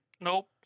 Nope